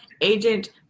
Agent